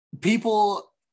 people